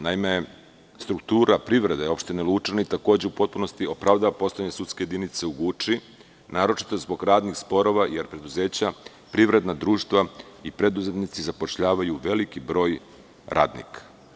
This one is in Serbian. Naime, struktura privrede Opštine Lučani takođe u potpunosti opravdava postojanje sudske jedinice u Guči, naročito zbog radnih sporova, jer preduzeća, privredna društva i preduzetnici zapošljavaju veliki broj radnika.